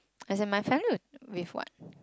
as in my family wit~ with what